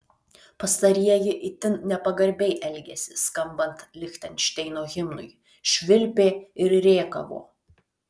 pastarieji itin nepagarbiai elgėsi skambant lichtenšteino himnui švilpė ir rėkavo